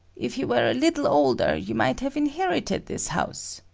if you were a little older, you might have inherited this house,